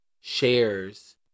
Shares